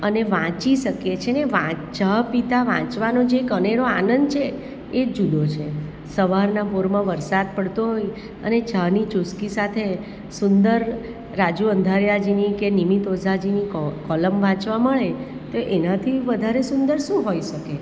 અને વાંચી શકીએ છીએ અને ચા પીતા વાંચવાનો જે એક અનેરો આનંદ છે એ જ જુદો છે સવારના પહોરમાં વરસાદ પડતો હોય અને ચાની ચૂસકી સાથે સુંદર રાજૂ અંધારીયાજીની કે નિર્મિત ઓઝાજીની કૉલમ વાંચવા મળે તો એનાથી વધારે સુંદર શું હોઇ શકે